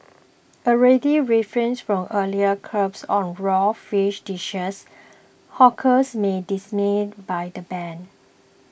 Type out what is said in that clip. already reeling from earlier curbs on raw fish dishes hawkers may dismayed by the ban